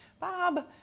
Bob